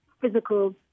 physical